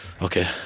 Okay